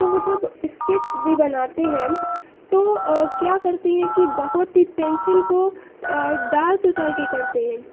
تو وہ جب اسکیچ بھی بناتے ہیں تو کیا کرتے ہیں کہ بہت ہی پینسل کو ڈارک کر کے کرتے ہیں